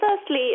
firstly